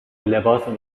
لباسو